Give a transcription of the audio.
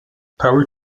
power